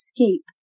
escape